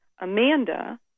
Amanda